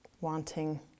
wanting